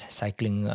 cycling